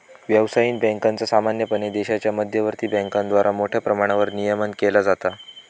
व्यावसायिक बँकांचा सामान्यपणे देशाच्या मध्यवर्ती बँकेद्वारा मोठ्या प्रमाणावर नियमन केला जाता